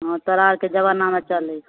हँ तोरा आरके जबानामे चलै छै